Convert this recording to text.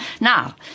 Now